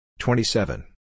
Twenty-seven